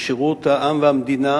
בשירות העם והמדינה